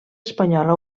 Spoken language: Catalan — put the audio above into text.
espanyola